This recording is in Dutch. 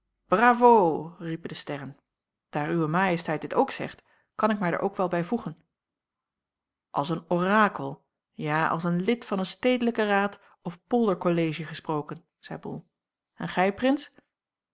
riepen de sterren daar uwe majesteit dit ook zegt kan ik mij daar ook wel bijvoegen als een orakel ja als een lid van een stedelijken raad of polder kollegie gesproken zeî bol en gij prins